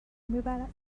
میبرد